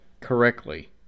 correctly